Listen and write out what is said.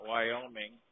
Wyoming